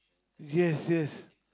yes yes